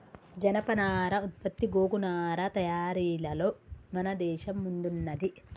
జనపనార ఉత్పత్తి గోగు నారా తయారీలలో మన దేశం ముందున్నది